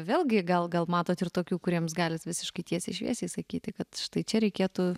vėlgi gal gal matot ir tokių kuriems galit visiškai tiesiai šviesiai sakyti kad štai čia reikėtų